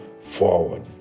forward